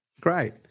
great